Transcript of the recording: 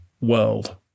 World